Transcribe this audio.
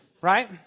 right